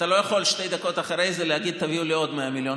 אתה לא יכול שתי דקות אחרי זה להגיד: תביאו לי עוד 100 מיליון.